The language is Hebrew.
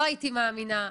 לא הייתי מאמינה.